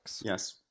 Yes